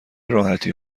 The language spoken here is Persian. راحتی